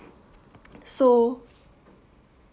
so